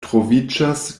troviĝas